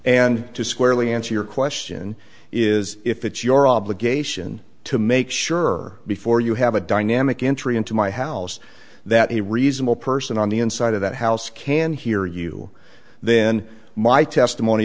and to squarely answer your question is if it's your obligation to make sure before you have a dynamic entry into my house that a reasonable person on the inside of that house can hear you then my testimony